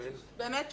באמת שלא,